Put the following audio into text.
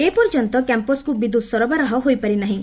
ଏପର୍ଯ୍ୟନ୍ତ କ୍ୟାମ୍ପସକୁ ବିଦ୍ୟୁତ୍ ସରବରାହ ହୋଇପାରିନାହିଁ